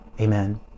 Amen